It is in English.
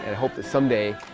and hope that someday,